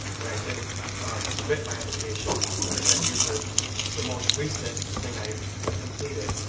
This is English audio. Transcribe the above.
when i did submit my application, present yous with the most recent thing i have completed,